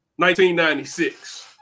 1996